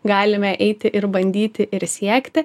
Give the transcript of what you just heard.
galime eiti ir bandyti ir siekti